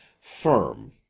firm